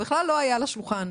בכלל לא היה על השולחן.